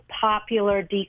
popular